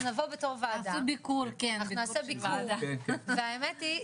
אנחנו נעשה ביקור בתור וועדה והאמת היא,